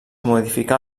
modificà